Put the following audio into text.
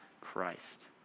Christ